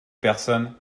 personne